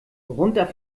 runter